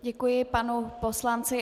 Děkuji panu poslanci.